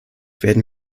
werden